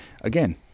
again